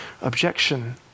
objection